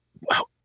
wow